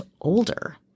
older